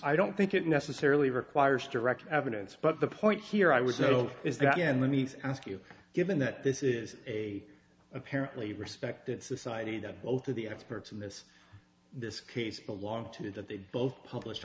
i don't think it necessarily requires direct evidence but the point here i was so is that again let me ask you given that this is a apparently respected society that both of the experts in this this case belong to that they both publish